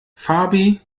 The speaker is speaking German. fabi